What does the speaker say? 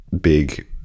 big